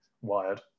wired